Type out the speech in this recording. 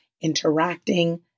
interacting